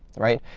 right?